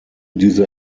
diese